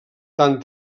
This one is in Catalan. tan